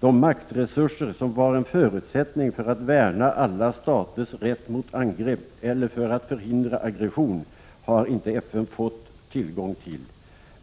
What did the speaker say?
De maktresurser som var en förutsättning för att ”värna alla staters rätt mot angrepp” eller för att ”förhindra aggression” har inte FN fått tillgång till.